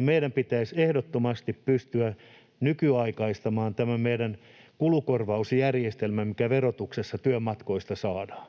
meidän pitäisi ehdottomasti pystyä nykyaikaistamaan tämä meidän kulukorvausjärjestelmämme, se mitä verotuksessa työmatkoista saadaan,